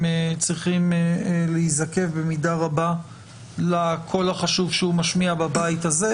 צריכים להיזקף במידה רבה לקול החשוב שהוא משמיע בבית הזה,